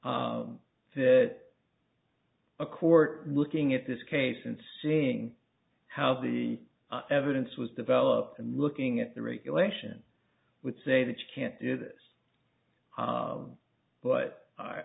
that a court looking at this case and seeing how the evidence was developed and looking at the regulation would say that you can't do this but